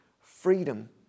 freedom